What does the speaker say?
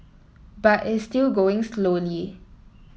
but it's still going slowly